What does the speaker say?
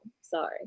sorry